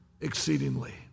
exceedingly